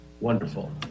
Wonderful